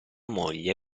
moglie